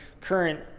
current